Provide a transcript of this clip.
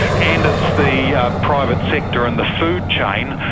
and it's the private sector and the food chain,